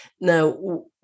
Now